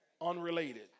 unrelated